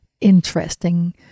interesting